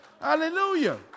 Hallelujah